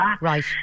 Right